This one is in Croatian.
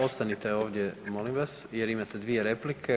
Ostanite ovdje molim vas jer imate dvije replike.